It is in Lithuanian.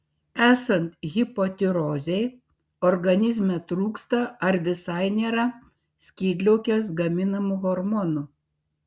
esant hipotirozei organizme trūksta ar visai nėra skydliaukės gaminamų hormonų